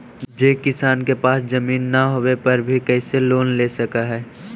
जे किसान के पास जमीन न होवे पर भी कैसे लोन ले सक हइ?